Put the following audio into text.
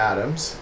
Adams